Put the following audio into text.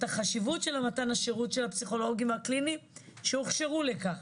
החשיבות של מתן השירות של הפסיכולוגים הקליניים שהוכשרו לכך.